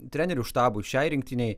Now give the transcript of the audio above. trenerių štabui šiai rinktinei